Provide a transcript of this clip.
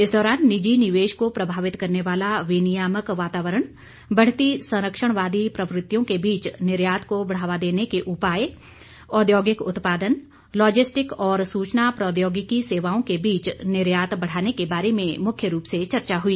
इस दौरान निजी निवेश को प्रभावित करने वाला विनियामक वातावरण बढ़ती सरंक्षणवादी प्रवृत्तियों के बीच निर्यात को बढ़ावा देने के उपाय औद्योगिक उत्पादन लॉजिस्टिक और सूचना प्रौद्योगिकी सेवाओं के बीच निर्यात बढ़ाने के बारे में मुख्य रूप से चर्चा हुई